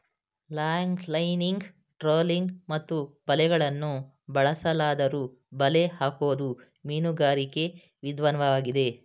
longlining trolling ಮತ್ತು ಬಲೆಗಳನ್ನು ಬಳಸಲಾದ್ದರೂ ಬಲೆ ಹಾಕೋದು ಮೀನುಗಾರಿಕೆ ವಿದನ್ವಾಗಿದೆ